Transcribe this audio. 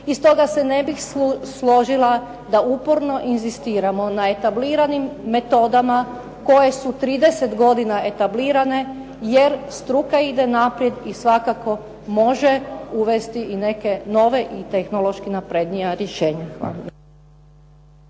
I stoga se ne bih složila da uporno inzistiramo na etabliranim metodama koje su 30 godina etablirane jer struka ide naprijed i svakako može uvesti i neke nove i tehnološki naprednija rješenja.